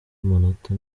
amanota